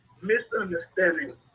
misunderstanding